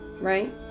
right